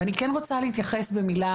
ואני כן רוצה להתייחס במילה,